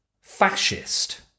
fascist